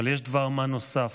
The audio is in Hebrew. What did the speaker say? אבל יש דבר-מה נוסף,